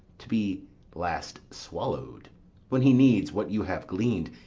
to be last swallowed when he needs what you have gleaned,